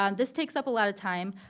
um this takes up a lot of time.